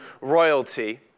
royalty